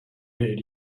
did